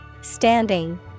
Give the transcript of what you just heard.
Standing